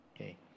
okay